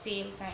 sale kind